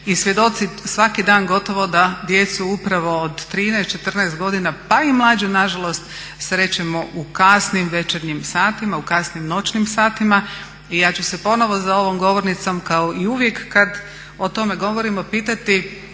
i svjedoci svaki dan gotovo da djecu upravo od 13-14 godina pa i mlađe nažalost srećemo u kasnim večernjim satima, u kasnim noćnim satima i ja ću se ponovo za ovom govornicom kao i uvijek kad o tome govorimo pitati,